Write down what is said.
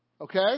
Okay